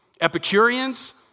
Epicureans